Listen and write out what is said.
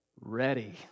ready